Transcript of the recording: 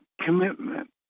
commitment